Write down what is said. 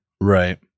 Right